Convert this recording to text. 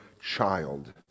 child